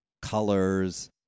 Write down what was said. colors